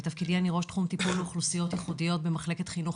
בתפקידי אני ראש תחום טיפול באוכלוסיות מיוחדות במחלקת חינוך,